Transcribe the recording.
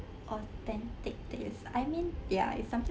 authentic taste I mean ya it's something